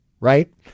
Right